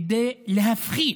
להפחית.